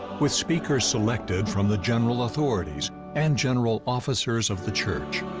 with speakers selected from the general authorities and general officers of the church.